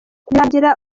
birangira